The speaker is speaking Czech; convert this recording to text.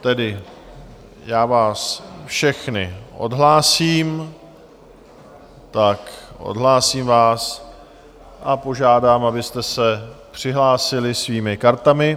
Tedy vás všechny odhlásím... odhlásím vás a požádám, abyste se přihlásili svými kartami.